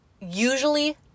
usually